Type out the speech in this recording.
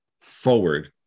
forward